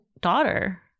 daughter